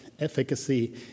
efficacy